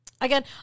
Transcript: again